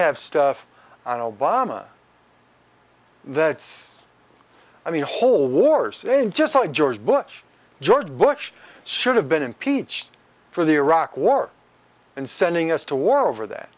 have stuff on obama that's i mean the whole war saying just like george bush george bush should have been impeached for the iraq war and sending us to war over that